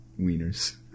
wieners